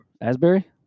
Asbury